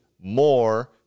more